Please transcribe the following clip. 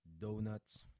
donuts